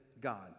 god